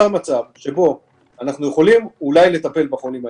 נוצר מצב שבו אנחנו יכולים אולי לטפל בחולים האלה.